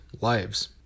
lives